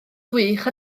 gwych